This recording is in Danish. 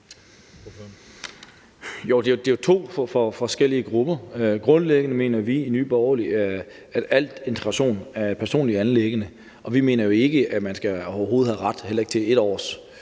det er jo to forskellige grupper. Grundlæggende mener vi i Nye Borgerlige, at al integration er et personligt anliggende. Vi mener jo ikke, at man overhovedet skal have